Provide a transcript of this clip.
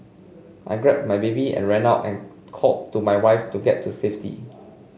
I grabbed my baby and ran out and called to my wife to get to safety